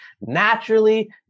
naturally